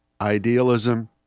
idealism